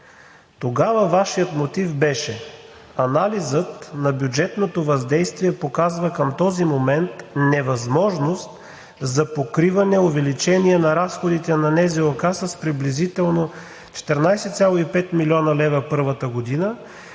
Тогава Вашият мотив беше: „Анализът на бюджетното въздействие показва към този момент невъзможност за покриване увеличение на разходите на НЗОК с приблизително 14,5 млн. лв. първата година